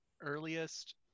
earliest